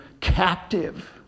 captive